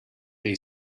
they